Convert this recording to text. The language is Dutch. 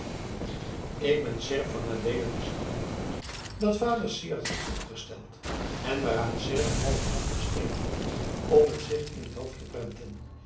ik ben seerp van adeelen was het antwoord dat vader syard had opgesteld en waaraan seerp een halven nacht besteed had om het zich in t hoofd te prenten